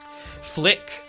Flick